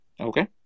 Okay